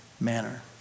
manner